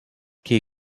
key